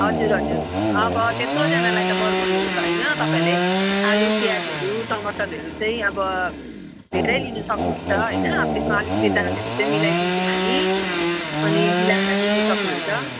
हजुर हजुर अब त्यत्रोजनालाई त बरबोडीहरू छैन तपाईँहरूले आलु प्याजहरू टमाटरहरू चाहिँ अब धेरै लिनु सक्नुहुन्छ होइन त्यसमा अलिकति दामहरू चाहिँ मिलाइदिन्छौँ हामी अनि मिलाएर दिनु सक्नुहुन्छ